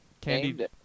Candy